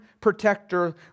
protector